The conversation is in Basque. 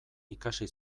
ikasi